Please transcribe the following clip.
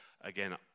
again